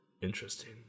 Interesting